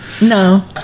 No